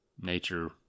nature